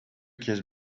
kiss